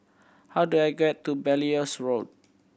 how do I get to Belilios Road